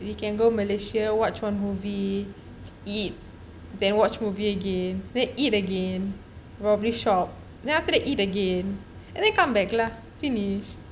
you can go malaysia watch one movie eat then watch movie again then eat again robbery shop then after that eat again and the come back lah finish